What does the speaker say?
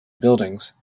buildings